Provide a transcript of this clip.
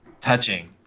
touching